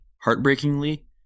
Heartbreakingly